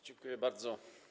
Dziękuję bardzo.